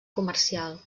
comercial